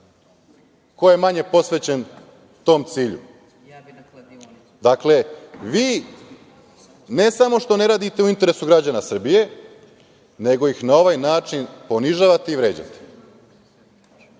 ko je manje posvećen tom cilju. Dakle, vi ne samo što ne radite u interesu građana Srbije, nego ih na ovaj način ponižavate i vređate,